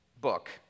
book